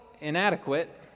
inadequate